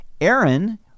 Aaron